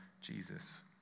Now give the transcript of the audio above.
Jesus